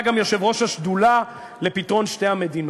אתה גם יושב-ראש השדולה לפתרון שתי המדינות,